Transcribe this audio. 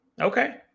Okay